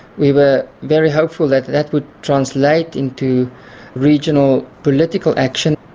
we were very hopeful that that would translate into regional political action.